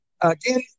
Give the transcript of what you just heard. again